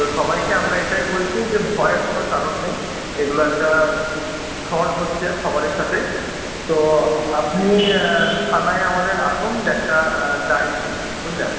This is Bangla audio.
তো সবাইকে আমরা এটাই বলছি যে ভয়ের কোনো কারণ নেই এগুলো একটা ফ্রড হচ্ছে সবায়ের সাথে তো আপনি থানায় আমাদের আসুন একটা ডায়রি লেখান বুঝলেন